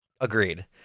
Agreed